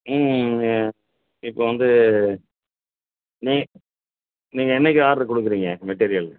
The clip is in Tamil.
ம் இப்போ வந்து நீ நீங்கள் என்னைக்கு ஆர்ட்ரு கொடுக்குறீங்க மெட்டீரியல்